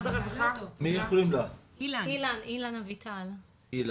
אילן אביטן.